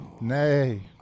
Nay